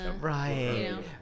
right